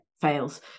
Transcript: fails